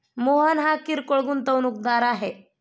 मोहन हा किरकोळ गुंतवणूकदार आहे